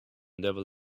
never